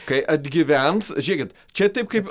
kai atgyvens žiūrėkit čia taip kaip